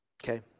Okay